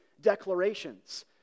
declarations